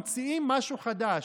ממציאים משהו חדש,